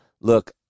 Look